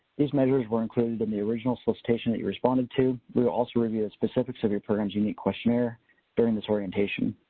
these measures were included in the original solicitation that you responded to. we will also review the specifics of your program's unique questionnaire during this orientation.